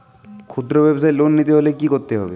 খুদ্রব্যাবসায় লোন নিতে হলে কি করতে হবে?